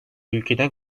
ülkeden